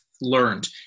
learned